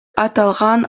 аталган